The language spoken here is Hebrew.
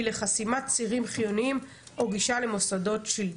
לחסימת צירים חיוניים או גישה למוסדות שלטון.